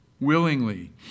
willingly